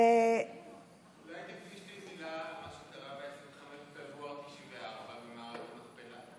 אולי תקדישי מילה למה שקרה באירוע ב-1994 במערת המכפלה.